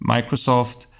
Microsoft